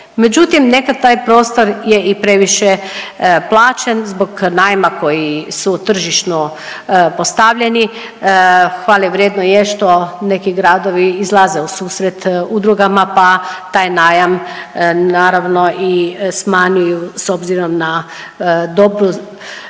međutim nekad taj prostor je i previše plaćen zbog najma koji su tržišno postavljeni, hvale vrijedno je što neki gradovi izlaze ususret udrugama pa taj najam naravno i smanjuju s obzirom na dobru